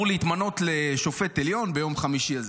להתמנות לנשיא בית המשפט העליון ביום חמישי הזה,